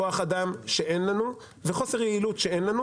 כוח אדם שאין לנו וחוסר יעילות שאין לנו